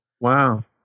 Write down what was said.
Wow